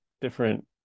different